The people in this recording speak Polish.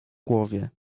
głowie